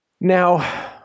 Now